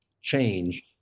change